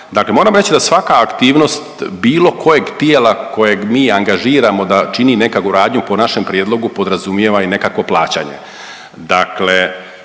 dakle moram reći da svaka aktivnost bilo kojeg tijela kojeg mi angažiramo da čini nekakvu radnju po našem prijedlogu podrazumijeva i nekakvo plaćanje